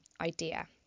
idea